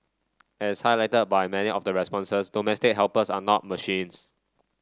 as highlighted by many of the responses domestic helpers are not machines